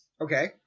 Okay